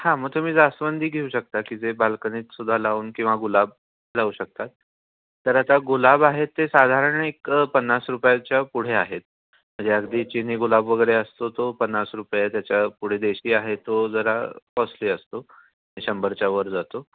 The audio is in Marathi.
हां मं तुम्ही जास्वंदी घेऊ शकता की जे बाल्कनीतसुद्धा लावून किंवा गुलाब लावू शकतात तर आता गुलाब आहे ते साधारण एक पन्नास रुपयाच्या पुढे आहेत म्हणजे अगदी चिनी गुलाब वगैरे असतो तो पन्नास रुपये त्याच्या पुढे देशी आहे तो जरा कॉस्टली असतो शंभरच्या वर जातो